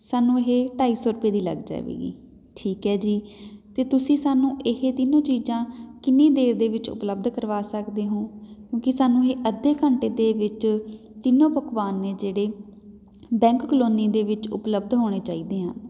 ਸਾਨੂੰ ਇਹ ਢਾਈ ਸੌ ਰੁਪਏ ਦੀ ਲੱਗ ਜਾਵੇਗੀ ਠੀਕ ਹੈ ਜੀ ਅਤੇ ਤੁਸੀਂ ਸਾਨੂੰ ਇਹ ਤਿੰਨੋਂ ਚੀਜ਼ਾਂ ਕਿੰਨੀ ਦੇਰ ਦੇ ਵਿੱਚ ਉਪਲੱਬਧ ਕਰਵਾ ਸਕਦੇ ਹੋ ਕਿਉਂਕਿ ਸਾਨੂੰ ਇਹ ਅੱਧੇ ਘੰਟੇ ਦੇ ਵਿੱਚ ਤਿੰਨੋਂ ਪਕਵਾਨ ਨੇ ਜਿਹੜੇ ਬੈਂਕ ਕਲੋਨੀ ਦੇ ਵਿੱਚ ਉਪਲੱਬਧ ਹੋਣੇ ਚਾਹੀਦੇ ਆ